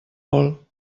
vol